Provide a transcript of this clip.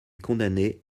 condamnée